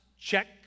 Check